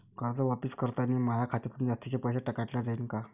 कर्ज वापस करतांनी माया खात्यातून जास्तीचे पैसे काटल्या जाईन का?